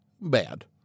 bad